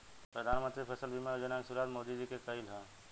प्रधानमंत्री फसल बीमा योजना के शुरुआत मोदी जी के कईल ह